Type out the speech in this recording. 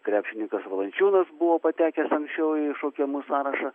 krepšininkas valančiūnas buvo patekęs anksčiau į šaukiamų sąrašą